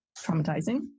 traumatizing